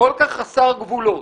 כל כך חסר גבולות,